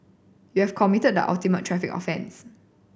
you have committed the ultimate traffic offence